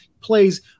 plays